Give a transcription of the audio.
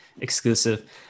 exclusive